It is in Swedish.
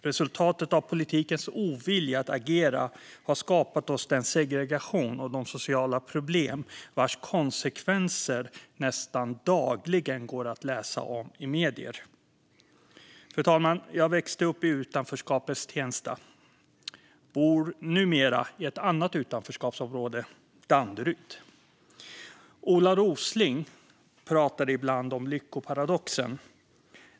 Resultatet av politikens ovilja att agera har skapat den segregation och de sociala problem vars konsekvenser nästan dagligen går att läsa om i medierna. Fru talman! Jag växte upp i utanförskapets Tensta. Numera bor jag i ett annat utanförskapsområde, nämligen Danderyd. Ola Rosling pratar ibland om lyckoparadoxen.